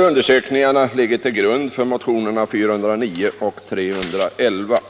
Undersökningarna ligger till grund för motionerna 409 och 311.